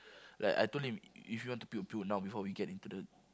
like I told him if you want to puke puke now before we get into the